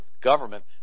government